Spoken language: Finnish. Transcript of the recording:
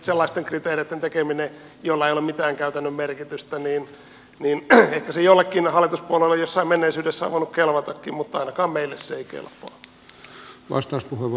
sellaisten kriteereitten tekeminen joilla ei ole mitään käytännön merkitystä ehkä jollekin hallituspuolueelle jossain menneisyydessä on voinut kelvatakin mutta ainakaan meille se ei kelpaa